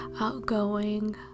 outgoing